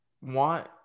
want